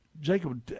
Jacob